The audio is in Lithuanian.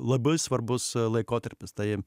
labai svarbus laikotarpis tai